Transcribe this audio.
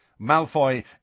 Malfoy